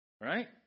Right